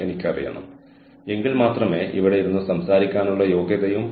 എനിക്കറിയാമായിരുന്നെങ്കിലും വിശദാംശങ്ങൾ ഇവിടെ നിങ്ങളുമായി പങ്കിടാൻ എനിക്ക് കഴിഞ്ഞില്ല